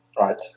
Right